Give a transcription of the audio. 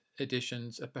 editions